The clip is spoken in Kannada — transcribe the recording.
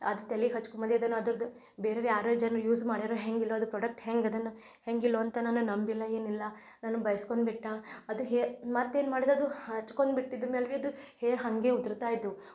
ಅದು ತಲಿಗ್ ಹಚ್ಕೊಳದೇನೋ ಅದ್ರದ್ದು ಬೇರೇರು ಯಾರೂ ಜನ ಯೂಝ್ ಮಾಡ್ಯಾರೋ ಹೇಗಿಲ್ಲೋ ಅದು ಪ್ರಾಡಕ್ಟ್ ಹೆಂಗಿದೆನೊ ಹೇಗಿಲ್ಲೊ ಅಂತ ನಾನು ನಂಬಿಲ್ಲ ಏನಿಲ್ಲ ನಾನು ಬೈಸ್ಕೊಂಡ್ ಬಿಟ್ಟೆ ಅದು ಹೇ ಮತ್ತೇನು ಮಾಡಿದೆ ಅದು ಹಚ್ಕೊಂಡ್ ಬಿಟ್ಟಿದ್ದ ಮೇಲೆ ಬಿ ಅದು ಹೇರ್ ಹಾಗೆ ಉದುರುತ್ತಾ ಇದ್ದವು